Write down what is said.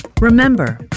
Remember